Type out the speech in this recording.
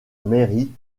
mairie